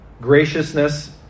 graciousness